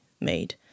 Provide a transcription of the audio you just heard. made